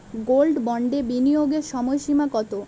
Gold বন্ডে বিনিয়োগের সময়সীমা কতো?